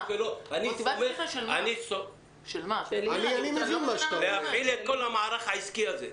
מוטיבציית יתר להפעיל את כל המערך העסקי הזה.